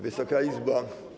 Wysoka Izbo!